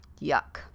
Yuck